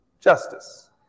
justice